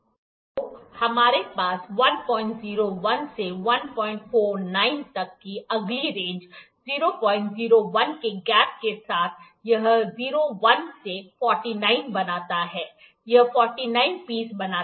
तो हमारे पास 101 से 149 तक की अगली रेंज 001 के गैप के साथ यह 01 से 49 बनाता है यह 49 पीस बनाता है